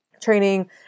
training